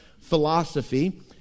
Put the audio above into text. philosophy